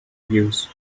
views